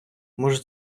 може